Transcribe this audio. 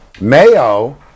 Mayo